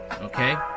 Okay